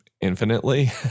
infinitely